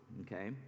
okay